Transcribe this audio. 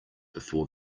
before